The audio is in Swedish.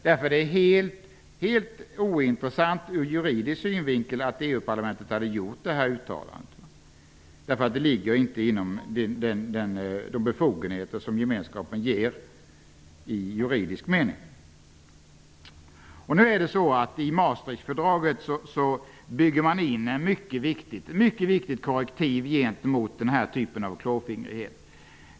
Därför är det helt ointressant ur juridisk synvinkel att EU parlamentet har gjort detta uttalande. Det ligger inte inom de befogenheter som gemenskapen ger i juridisk mening. I Maastrichtfördraget har ett mycket viktigt korrektiv byggts in gentemot denna typ av klåfingrighet.